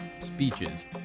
speeches